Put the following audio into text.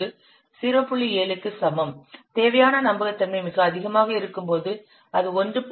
7 க்கு சமம் தேவையான நம்பகத்தன்மை மிக அதிகமாக இருக்கும்போது அது 1